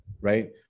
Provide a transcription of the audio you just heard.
right